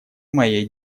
моей